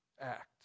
act